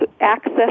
access